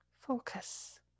focus